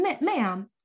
ma'am